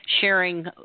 sharing